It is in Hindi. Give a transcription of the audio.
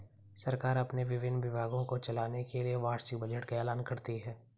सरकार अपने विभिन्न विभागों को चलाने के लिए वार्षिक बजट का ऐलान करती है